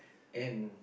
N